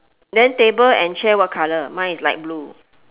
then table and chair what colour mine is light blue